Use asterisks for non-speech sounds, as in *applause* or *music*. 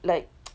like *noise*